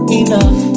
enough